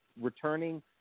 returning